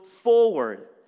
Forward